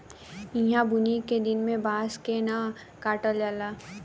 ईहा बुनी के दिन में बांस के न काटल जाला